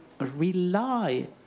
rely